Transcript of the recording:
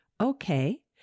Okay